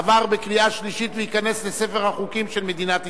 עבר בקריאה שלישית וייכנס לספר החוקים של מדינת ישראל.